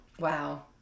Wow